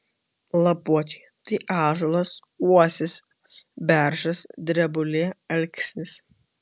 lapuočiai tai ąžuolas uosis beržas drebulė alksnis